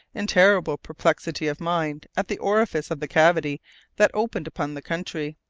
in terrible perplexity of mind, at the orifice of the cavity that opened upon the country.